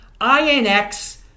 INX